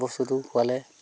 বস্তুটো খোৱালে